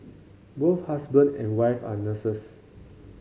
both husband and wife are nurses